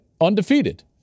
undefeated